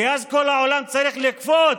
אז כל העולם צריך לקפוץ: